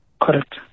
Correct